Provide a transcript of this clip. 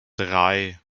drei